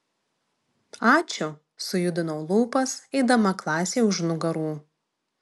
ačiū sujudinau lūpas eidama klasei už nugarų